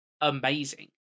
amazing